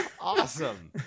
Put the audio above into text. Awesome